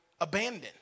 abandoned